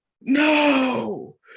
No